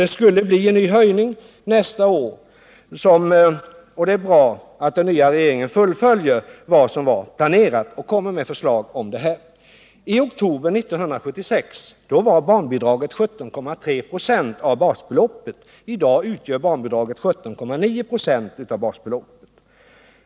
Det skulle bli en höjning nästa år, och det är bra att den nya regeringen fullföljer vad som var planerat och kommer med förslag om detta. I oktober 1976 var barnbidraget 17,3 26 av basbeloppet. I dag utgör barnbidraget 17,9 96 av basbeloppet.